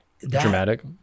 dramatic